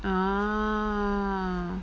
ah